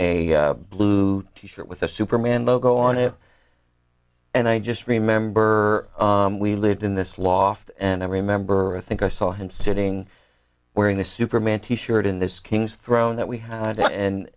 a blue t shirt with a superman logo on it and i just remember we lived in this loft and i remember i think i saw him sitting wearing the superman t shirt in this king's throne that we had and